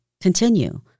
continue